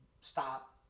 stop